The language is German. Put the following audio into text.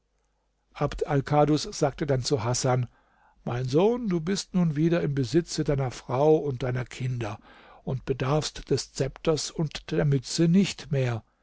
abd alkadus sagte dann zu hasan mein sohn du bist nun wieder im besitze deiner frau und deiner kinder und bedarfst des zepters und der mütze nicht mehr